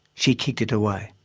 she kicked it away.